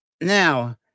Now